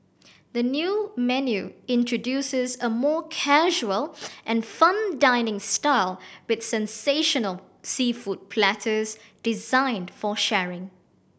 the new menu introduces a more casual and fun dining style with sensational seafood platters designed for sharing